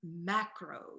macro